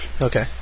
Okay